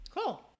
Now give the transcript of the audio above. cool